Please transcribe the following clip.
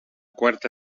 quarta